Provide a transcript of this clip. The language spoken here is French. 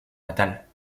natale